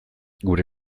gure